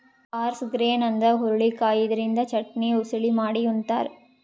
horse grain ಅಂದ್ರ ಹುರಳಿಕಾಯಿ ಇದರಿಂದ ಚಟ್ನಿ, ಉಸಳಿ ಮಾಡಿ ಉಂತಾರ್